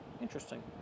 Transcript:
Interesting